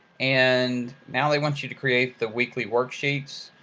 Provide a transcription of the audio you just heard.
and now they want you to create the weekly worksheets.